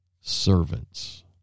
servants